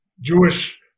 Jewish